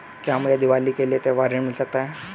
क्या मुझे दीवाली के लिए त्यौहारी ऋण मिल सकता है?